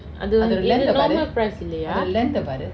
அது வந்து இது:athu vanthu ithu normal price இல்லயா:illaya